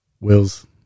Wills